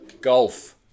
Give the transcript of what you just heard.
Golf